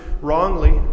wrongly